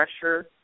pressure